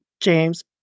James